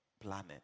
planet